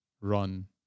run